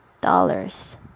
dollars